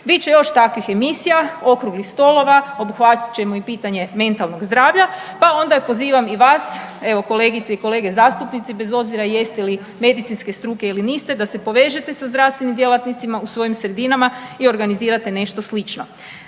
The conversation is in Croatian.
Bit će još takvih emisija, okruglih stolova, obuhvatit ćemo i pitanje mentalnog zdravlja pa onda pozivam i vas, evo, kolegice i kolege zastupnici, bez obzira jeste li medicinske struke ili niste, da se povežete sa zdravstvenim djelatnicima u svojim sredinama i organizirate nešto slično.